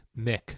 Mick